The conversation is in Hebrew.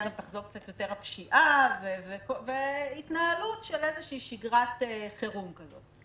גם תחזור יותר הפשיעה והתנהלות של שגרת חירום כזאת.